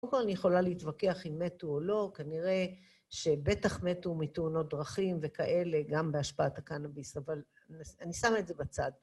קודם כול אני יכולה להתווכח אם מתו או לא, כנראה שבטח מתו מתאונות דרכים וכאלה גם בהשפעת הקנוביסט, אבל אני שמה את זה בצד.